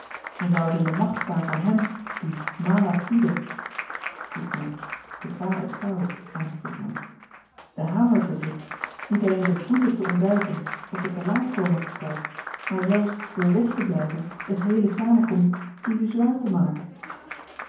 en zou het in de macht staan van hem die mala fide den hamer bezit niet alleen de boete te ontduiken op het te laat komen gesteld maar zelfs door weg te blijven de geheele samenkomst illuzoir te maken